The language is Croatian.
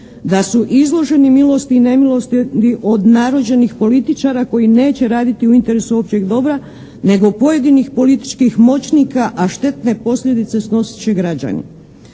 da su izloženi milosti i nemilosti od narođenih političara koji neće raditi u interesu općeg dobra nego pojedinih političkih moćnika, a štetne posljedice snosit će građani.